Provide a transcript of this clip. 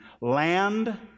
land